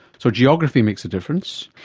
so geography makes a difference.